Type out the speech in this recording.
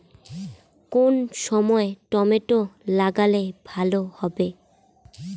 কোন সময় টমেটো লাগালে ভালো হবে?